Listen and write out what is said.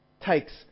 takes